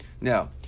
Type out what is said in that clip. now